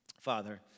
Father